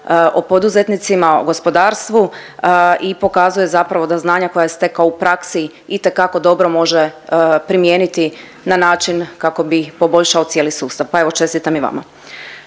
o poduzetnicima, o gospodarstvu i pokazuje zapravo da znanja koja je stekao u praksi itekako dobro može primijeniti na način kako bi poboljšao cijeli sustav. Pa evo, čestitam i vama.